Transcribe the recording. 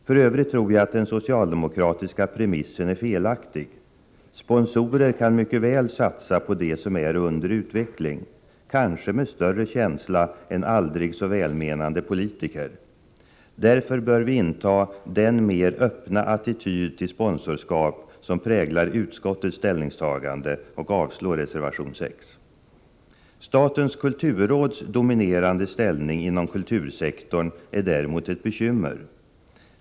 För övrigt tror jag att den socialdemokratiska premissen är felaktig. Sponsorer kan mycket väl satsa på det som är under utveckling, kanske med större känsla än aldrig så välmenande politiker. Därför bör vi inta den mer öppna attityd till sponsorskap som präglar utskottets ställningstagande och avslå reservation 6. Statens kulturråds dominerande ställning inom kultursektorn är däremot ett bekymmer.